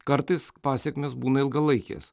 kartais pasekmės būna ilgalaikės